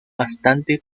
bastante